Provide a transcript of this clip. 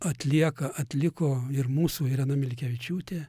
atlieka atliko ir mūsų irena milkevičiūtė